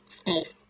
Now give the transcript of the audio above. space